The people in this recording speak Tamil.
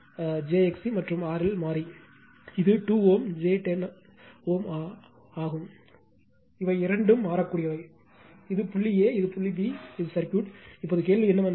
j XC மற்றும் RL மாறி இது 2 Ω j 10 is ஆகும்